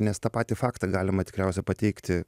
nes tą patį faktą galima tikriausia pateikti